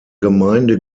gemeinde